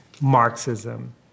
Marxism